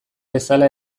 bezala